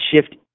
shift